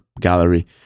gallery